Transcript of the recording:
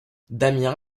damien